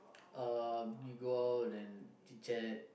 you go out and chit-chat